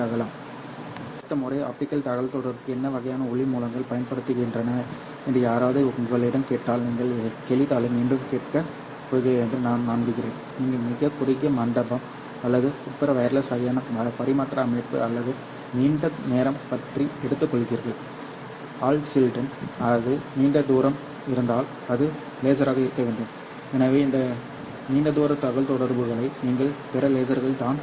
ஆகவே அடுத்த முறை ஆப்டிகல் தகவல்தொடர்புக்கு என்ன வகையான ஒளி மூலங்கள் பயன்படுத்தப்படுகின்றன என்று யாராவது உங்களிடம் கேட்டால் நீங்கள் கேள்வித்தாளை மீண்டும் கேட்கப் போகிறீர்கள் என்று நம்புகிறேன் நீங்கள் மிகக் குறுகிய மண்டபம் அல்லது உட்புற வயர்லெஸ் வகையான பரிமாற்ற அமைப்பு அல்லது நீண்ட நேரம் பற்றி எடுத்துக்கொள்கிறீர்கள் ஹால் சிஸ்டம் அது நீண்ட தூரம் இருந்தால் அது லேசராக இருக்க வேண்டும் எனவே இந்த நீண்ட தூர தகவல்தொடர்புகளை நீங்கள் பெற லேசர்கள் தான் காரணம்